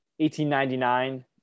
1899